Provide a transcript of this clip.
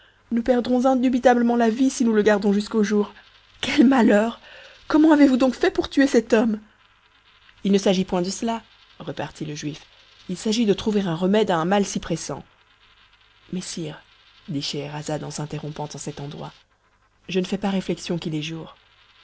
nous perdrons indubitablement la vie si nous le gardons jusqu'au jour quel malheur comment avez-vous donc fait pour tuer cet homme il ne s'agit point de cela repartit le juif il s'agit de trouver un remède à un mal si pressant mais sire dit scheherazade en s'interrompant en cet endroit je ne fais pas réflexion qu'il est jour